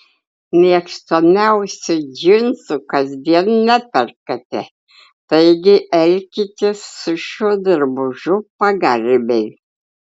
mėgstamiausių džinsų kasdien neperkate taigi elkitės su šiuo drabužiu pagarbiai